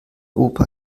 opa